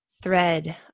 thread